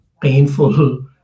painful